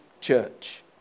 church